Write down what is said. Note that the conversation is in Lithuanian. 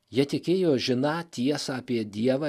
jie tikėjo žiną tiesą apie dievą